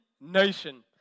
nation